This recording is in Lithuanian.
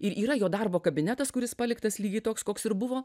ir yra jo darbo kabinetas kuris paliktas lygiai toks koks ir buvo